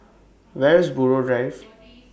Where IS Buroh Drive